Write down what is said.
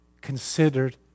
considered